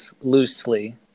loosely